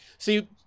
See